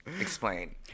Explain